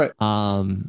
Right